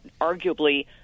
arguably